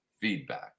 feedback